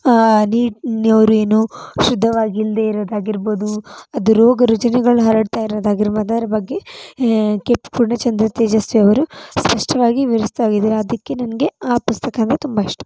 ನೀ ಅವರೇನು ಶುದ್ಧವಾಗಿ ಇಲ್ಲದೆ ಇರೋದಾಗಿರ್ಬೋದು ಅದು ರೋಗ ರುಜಿನಗಳು ಹರಡ್ತಾ ಇರೋದಾಗಿರ್ಬೋದು ಅದರ ಬಗ್ಗೆ ಕೆ ಪಿ ಪೂರ್ಣಚಂದ್ರ ತೇಜಸ್ವಿ ಅವರು ಸ್ಪಷ್ಟವಾಗಿ ವಿವರಿಸ್ತಾ ಹೋಗಿದ್ದಾರೆ ಅದಕ್ಕೇ ನನಗೆ ಆ ಪುಸ್ತಕ ಅಂದರೆ ತುಂಬ ಇಷ್ಟ